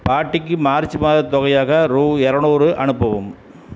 பாட்டிக்கு மார்ச் மாதத் தொகையாக ரூ இரநூறு அனுப்பவும்